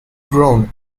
grown